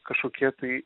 kažkokie tai